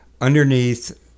underneath